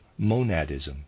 monadism